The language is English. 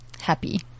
Happy